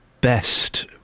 best